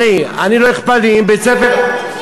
להבדיל ממך,